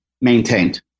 maintained